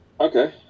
Okay